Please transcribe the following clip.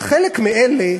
חלק מאלה,